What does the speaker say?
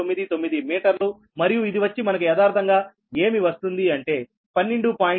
599 మీటర్లు మరియు ఇది వచ్చి మనకు యదార్ధంగా ఏమి వస్తుంది అంటే 12